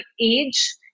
age